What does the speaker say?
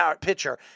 pitcher